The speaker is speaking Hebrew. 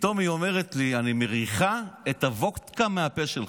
ופתאום היא אומרת לי: אני מריחה את הוודקה מהפה שלך.